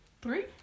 Three